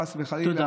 חס וחלילה,